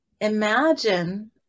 imagine